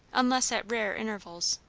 unless at rare intervals.